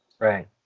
Right